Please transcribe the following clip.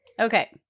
Okay